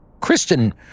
Kristen